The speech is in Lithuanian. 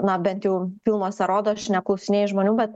na bent jau filmuose rodo aš neklausinėju žmonių bet